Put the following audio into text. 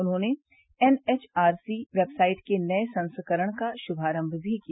उन्होंने N H R C website के नए संस्करण का शुभारम भी किया